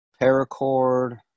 paracord